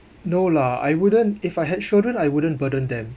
no lah I wouldn't if I had children I wouldn't burden them